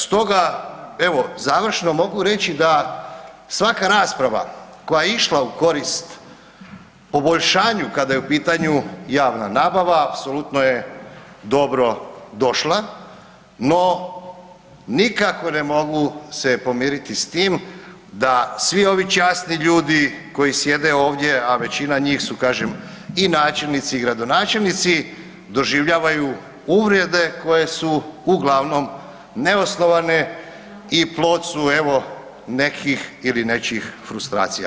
Stoga, evo završno mogu reći da svaka rasprava koja je išla u korist poboljšanju kada je u pitanju javna nabava apsolutno je dobro došla, no nikako ne mogu se pomiriti s tim da svi ovi časni ljudi koji sjede ovdje, a većina njih su kažem i načelnici i gradonačelnici, doživljavaju uvrjede koje su uglavnom neosnovane i plod su evo nekih ili nečijih frustracija.